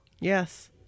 Yes